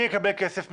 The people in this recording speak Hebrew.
מי יקבל כסף,